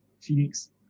Phoenix